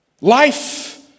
Life